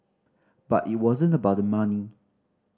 but it wasn't about the money